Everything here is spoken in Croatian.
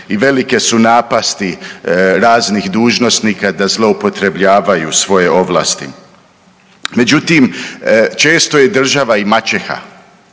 i velike su napasti raznih dužnosnika da zloupotrebljavaju svoje ovlasti. Međutim, često je država i maćeha,